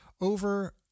over